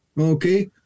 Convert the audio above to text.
okay